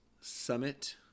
Summit